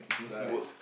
nice